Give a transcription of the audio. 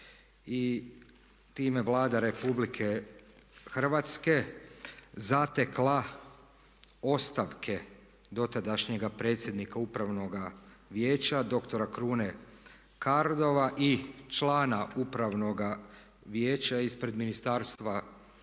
time Vlada Republike Hrvatske zatekla ostavke dotadašnjega predsjednika Upravnoga vijeća doktora Krune Kardova i člana Upravnoga vijeća ispred Ministarstva kulture